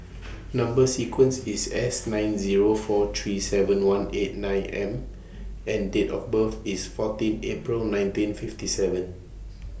Number sequence IS S nine Zero four three seven one eight M and Date of birth IS fourteen April nineteen fifty seven